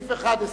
לסעיף 11